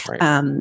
Right